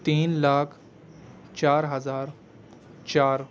تین لاکھ چار ہزار چار